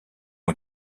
ont